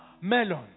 melon